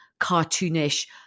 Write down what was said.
cartoonish